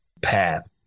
path